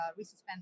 resuspend